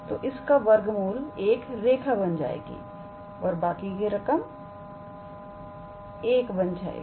तोइस का वर्ग मूल एक रेखा बन जाएगी और बाकी की रकम 1 बन जाएगी